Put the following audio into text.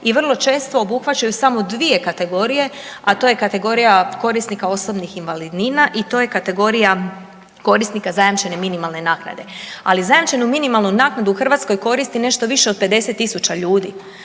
i vrlo često obuhvaćaju samo 2 kategorije, a to je kategorija korisnika osobnih invalidnina i to je kategorija korisnika zajamčene minimalne naknade. Ali zajamčenu minimalnu naknadu u Hrvatskoj koristi nešto više od 50 tisuća ljudi.